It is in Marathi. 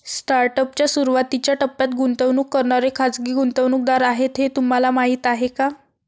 स्टार्टअप च्या सुरुवातीच्या टप्प्यात गुंतवणूक करणारे खाजगी गुंतवणूकदार आहेत हे तुम्हाला माहीत आहे का?